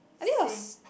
same